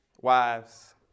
wives